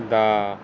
ਦਾ